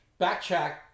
Backtrack